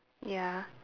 ya